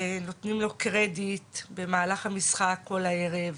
ונותנים לו קרדיט במהלך המשחק כל הערב.